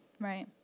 Right